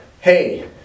hey